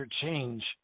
change